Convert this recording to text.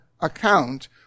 account